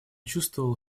чувствовал